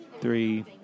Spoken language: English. three